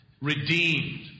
Redeemed